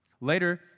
Later